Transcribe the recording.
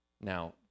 Now